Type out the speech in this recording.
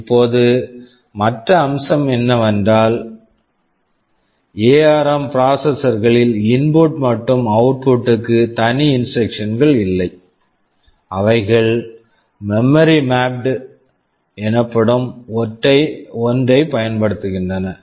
இப்போது மற்றொரு அம்சம் என்னவென்றால் எஆர்ம் ப்ராசஸர்ஸ் ARM processors களில் இன்புட் input மற்றும் அவுட்புட் output க்கு தனி இன்ஸ்ட்ரக்ஷன்ஸ் instructions கள் இல்லை அவைகள் memory mapped IO memory mapped IO எனப்படும் ஒன்றைப் பயன்படுத்துகின்றன